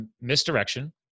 misdirection